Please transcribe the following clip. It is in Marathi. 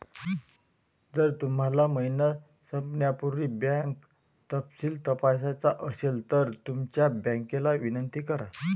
जर तुम्हाला महिना संपण्यापूर्वी बँक तपशील तपासायचा असेल तर तुमच्या बँकेला विनंती करा